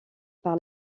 par